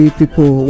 people